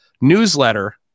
newsletter